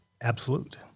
absolute